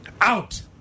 Out